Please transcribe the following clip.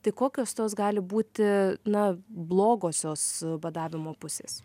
tai kokios tos gali būti na blogosios badavimo pusės